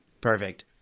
Perfect